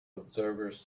observers